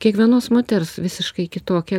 kiekvienos moters visiškai kitokia